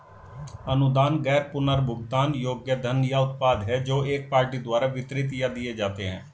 अनुदान गैर पुनर्भुगतान योग्य धन या उत्पाद हैं जो एक पार्टी द्वारा वितरित या दिए जाते हैं